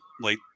late